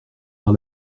par